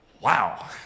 Wow